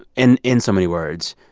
and in so many words,